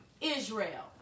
israel